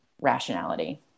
rationality